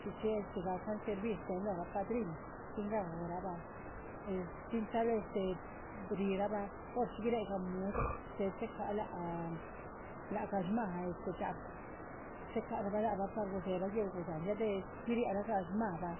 Chxí chxí este gahcan servir chéhen lóho padrinuhm tin gau rah bah es, tin tal este, rihirabah horchxí guiréhe gah muscah chéhe checa ha lác lac gah shmá este dxápah chéhe cara bah. lac bah par gudzéhe bah guéhel gudzáhan ya del giriah ra shmáha bah,